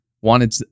wanted